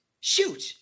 shoot